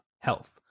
health